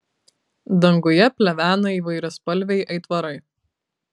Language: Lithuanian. danguje plevena įvairiaspalviai aitvarai